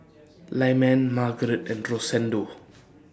Lyman Margarete and Rosendo